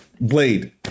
Blade